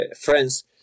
friends